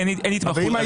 אין התמחות.